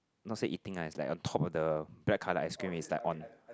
not say eating ah is like on top of the black colour ice cream is like on